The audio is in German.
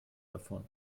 davon